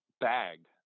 bagged